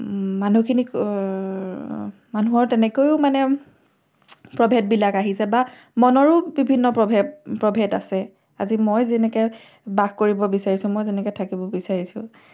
মানুহখিনিক মানুহৰ তেনেকৈয়ো মানে প্ৰভেদবিলাক আহিছে বা মনৰো বিভিন্ন প্ৰভে প্ৰভেদ আছে আজি মই যেনেকৈ বাস কৰিব বিচাৰিছোঁ মই যেনেকৈ থাকিব বিচাৰিছোঁ